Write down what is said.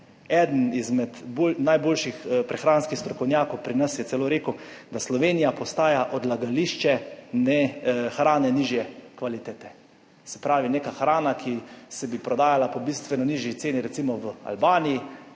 Eden izmed bolj najboljših prehranskih strokovnjakov pri nas je celo rekel, da Slovenija postaja odlagališče hrane nižje kvalitete, se pravi, neka hrana, ki se bi prodajala po bistveno nižji ceni, recimo v Albaniji